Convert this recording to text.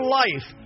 life